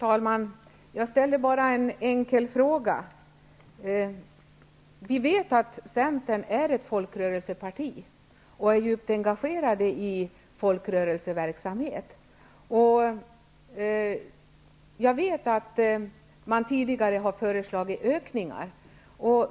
Fru talman! Jag ställde bara en enkel fråga. Vi vet att Centern är ett folkrörelseparti, som är djupt engagerat i folkrörelseverksamhet och som tidigare har föreslagit ökningar.